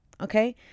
okay